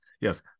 Yes